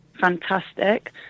Fantastic